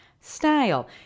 style